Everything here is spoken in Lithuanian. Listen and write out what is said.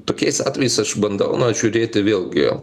tokiais atvejais aš bandau žiūrėti vėlgi